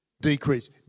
decrease